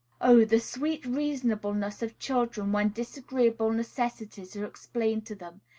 oh! the sweet reasonableness of children when disagreeable necessities are explained to them,